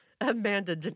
Amanda